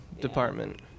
department